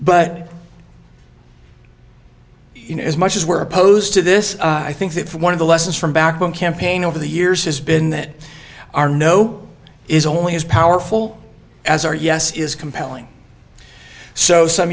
but you know as much as we're opposed to this i think that one of the lessons from back home campaign over the years has been that our no is only as powerful as our yes is compelling so some